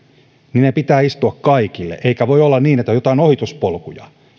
niiden pitää istua kaikille eikä voi olla niin että on joitain ohituspolkuja